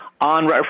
on